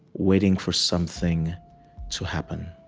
waiting for something to happen.